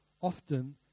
often